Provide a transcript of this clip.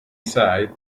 side